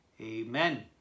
Amen